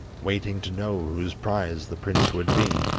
waiting to know whose prize the prince would be.